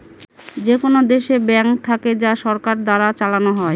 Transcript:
যেকোনো দেশে ব্যাঙ্ক থাকে যা সরকার দ্বারা চালানো হয়